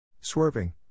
Swerving